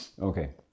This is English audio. Okay